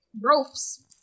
ropes